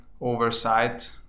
oversight